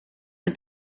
que